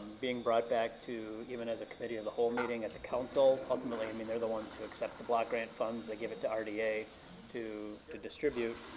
being brought back to, even as a committee of the whole meeting at the council, ultimately i mean they're the ones who accept the block grant funds, they give it to um rda to distribute,